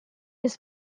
his